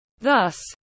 Thus